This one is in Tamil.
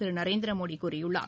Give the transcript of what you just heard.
திரு நரேந்திரமோடி கூறியுள்ளார்